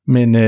Men